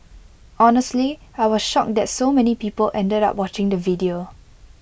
honestly I was shocked that so many people ended up watching the video